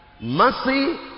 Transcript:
mercy